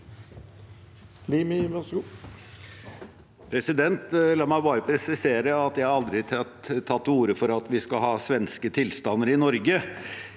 La meg bare presisere at jeg aldri har tatt til orde for at vi skal ha svenske tilstander i Norge.